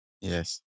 Yes